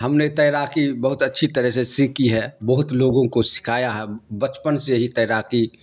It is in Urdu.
ہم نے تیراکی بہت اچھی طرح سے سیکھی ہے بہت لوگوں کو سکھایا ہے بچپن سے ہی تیراکی